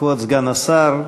כבוד סגן השר,